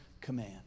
command